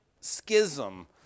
Schism